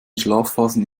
schlafphasen